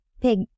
Pig